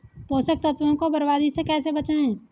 पोषक तत्वों को बर्बादी से कैसे बचाएं?